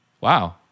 Wow